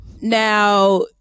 Now